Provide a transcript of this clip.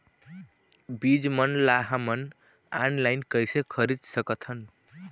बीज मन ला हमन ऑनलाइन कइसे खरीद सकथन?